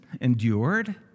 endured